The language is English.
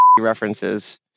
references